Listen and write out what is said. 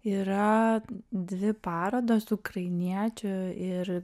yra dvi parodos ukrainiečių ir